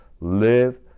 live